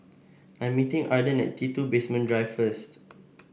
I'm meeting Arden at T two Basement Drive first